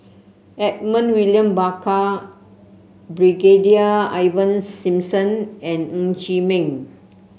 Edmund William Barker Brigadier Ivan Simson and Ng Chee Meng